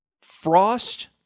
Frost